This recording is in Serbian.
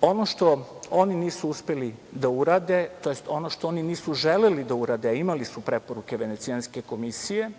ono što oni nisu uspeli da urade, tj. ono što oni nisu želeli da urade, a imali su preporuke Venecijanske komisije,